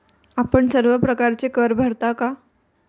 आपण सर्व प्रकारचे कर भरता का?